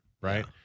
right